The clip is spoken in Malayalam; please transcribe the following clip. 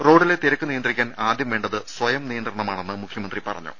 റോഡിലെ തിരക്ക് നിയന്ത്രിക്കാൻ ആദ്യം വേണ്ടത് സ്വയം നിയന്ത്രണമാണെന്ന് മുഖ്യമന്ത്രി പറഞ്ഞു